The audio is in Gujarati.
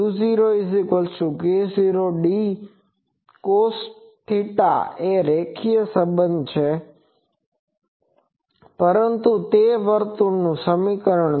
u0 k0d cosθ એ એક અરૈખિક સંબંધ છે પરંતુ તે વર્તુળનું સમીકરણ છે